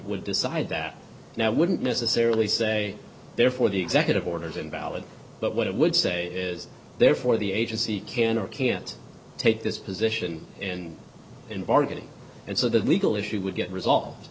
would decide that now wouldn't necessarily say therefore the executive orders invalid but what it would say is therefore the agency can or can't take this position and in bargaining and so the legal issue would get res